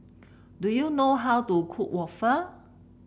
do you know how to cook waffle